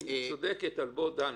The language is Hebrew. היא צודקת, אבל דן,